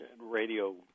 radio